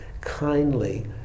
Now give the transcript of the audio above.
kindly